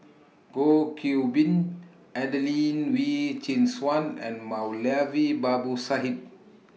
Goh Qiu Bin Adelene Wee Chin Suan and Moulavi Babu Sahib